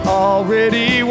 already